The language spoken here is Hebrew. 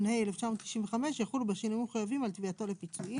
התשנ"ה-1995 יחולו בשינויים המחויבים על תביעתו לפיצויים".